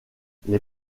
les